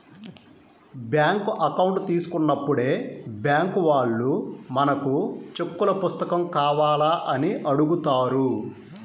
bank account తీసుకున్నప్పుడే bank వాళ్ళు మనకు చెక్కుల పుస్తకం కావాలా అని అడుగుతారు